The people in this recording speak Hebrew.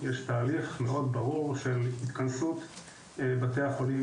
יש תהליך מאוד ברור של התכנסות בתי החולים,